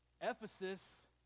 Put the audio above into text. Ephesus